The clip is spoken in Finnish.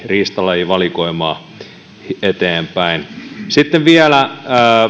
riistalajivalikoimaa eteenpäin sitten vielä